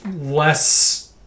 less